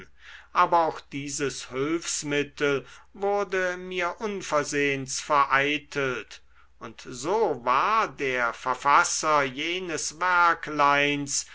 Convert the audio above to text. aber auch dieses hülfsmittel wurde mir unversehens vereitelt und so war der verfasser jenes